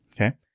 okay